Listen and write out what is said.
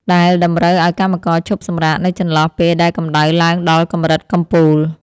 ដែលតម្រូវឱ្យកម្មករឈប់សម្រាកនៅចន្លោះពេលដែលកម្ដៅឡើងដល់កម្រិតកំពូល។